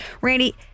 Randy